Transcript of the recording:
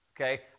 okay